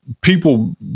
people